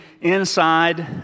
inside